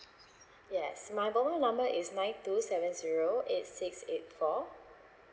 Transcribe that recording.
yes my mobile number is nine two seven zero eight six eight four